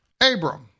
Abram